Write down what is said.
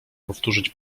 powtórzyć